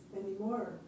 anymore